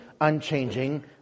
unchanging